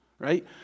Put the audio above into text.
Right